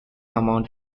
amount